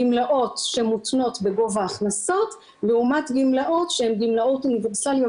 גמלאות שמותנות בגובה ההכנסות לעומת גמלאות שהן אוניברסליות